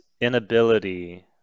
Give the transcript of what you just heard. inability